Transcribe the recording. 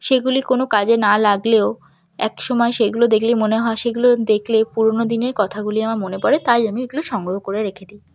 সেগুলি কোনো কাজে না লাগলেও এক সময় সেইগুলো দেখলে মনে হয় সেগুলো দেখলে পুরোনো দিনের কথাগুলি আমার মনে পড়ে তাই আমি এগুলো সংগ্রহ করে রেখে দিই